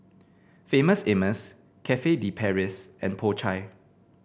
Famous Amos Cafe De Paris and Po Chai